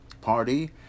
party